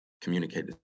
communicate